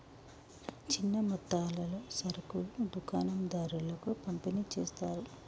చిన్న మొత్తాలలో సరుకులు దుకాణం దారులకు పంపిణి చేస్తారు